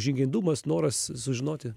žingeidumas noras sužinoti